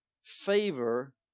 Favor